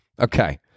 Okay